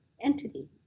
entity